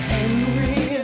Henry